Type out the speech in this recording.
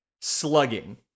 slugging